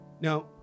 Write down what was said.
Now